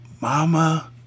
Mama